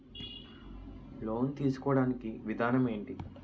Loan తీసుకోడానికి విధానం ఏంటి?